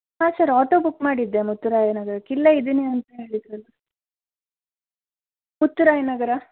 ಹಾಂ sir auto book ಮಾಡಿದ್ದೆ ಮುತ್ತುರಾಯನಗರಕ್ಕೆ ಇಲ್ಲೇ ಇದ್ದೀನಿ ಅಂತ ಹೇಳಿದ್ದಿರಲ್ಲ ಮುತ್ತುರಾಯನಗರ